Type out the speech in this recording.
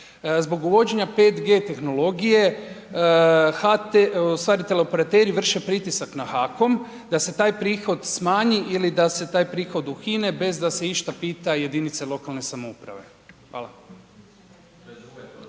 Zbog uvođenja 5G tehnologije HT, u stvari teleoperateri vrše pritisak na HAKOM da se taj prihod smanji ili da se taj prihod ukine bez da se išta pita jedinice lokalne samouprave. Hvala.